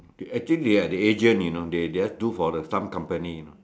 they actually they are the agent you know they they just do for the some company you know